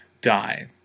die